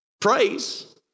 praise